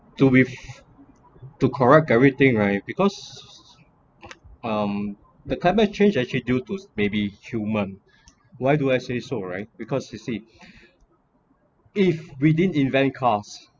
to with to correct everything right because um the climate change actually due to maybe human why do I say so right because you see if within invent cause